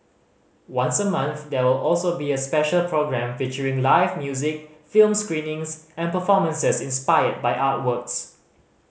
once a month there will also be a special programme featuring live music film screenings and performances inspired by artworks